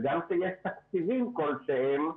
וגם כשיש תקציבים כלשהם,